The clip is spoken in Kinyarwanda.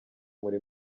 muri